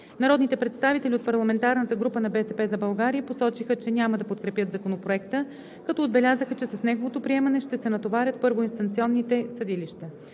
Народните представители от парламентарната група на „БСП за България“ посочиха, че няма да подкрепят Законопроекта, като отбелязаха, че с неговото приемане ще се натоварят първоинстанционните съдилища.